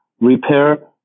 repair